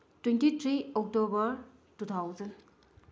twenty three October two thousand